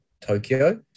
Tokyo